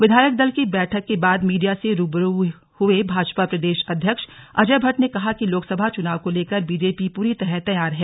विधायक दल की बैठक के बाद मीडिया से रू ब रू हुए भाजपा प्रदेश अध्यक्ष अजय भट्ट ने कहा कि लोकसभा चुनाव को लेकर बीजेपी पूरी तरह तैयार है